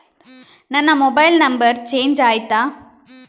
ನನ್ನ mobile number change ಆಯ್ತಾ?